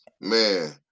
Man